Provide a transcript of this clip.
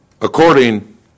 According